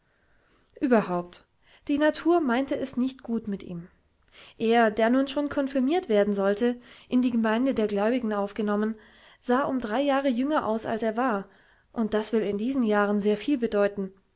überhaupt die natur meinte es nicht gut mit ihm er der nun schon konfirmiert werden sollte in die gemeinde der gläubigen aufgenommen sah um drei jahre jünger aus als er war und das will in diesen jahren sehr viel bedeuten